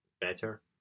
better